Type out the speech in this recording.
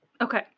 Okay